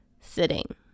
sitting